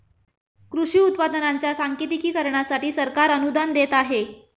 कृषी उत्पादनांच्या सांकेतिकीकरणासाठी सरकार अनुदान देत आहे